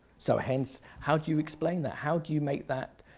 so hence, how do you explain that? how do you make that?